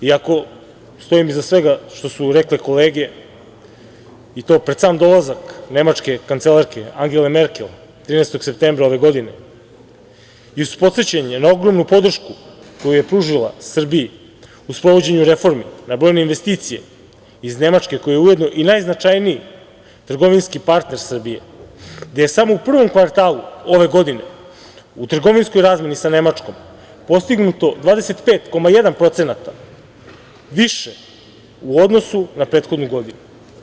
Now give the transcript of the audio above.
Iako stojim iza svega što su rekle kolege, i to pred sam dolazak nemačke kancelarke Angele Merkel, 13. septembra ove godine, i uz podsećanje na ogromnu podršku koju je pružila Srbiji u sprovođenju reformi, na brojne investicije iz Nemačke, koja je ujedno i najznačajniji trgovinski partner Srbije, gde je samo u prvom kvartalu ove godine u trgovinskoj razmeni sa Nemačkom postignuto 25,1% više u odnosu na prethodnu godinu.